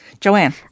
Joanne